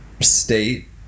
state